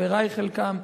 חברי חלקם,